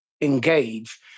engage